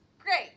great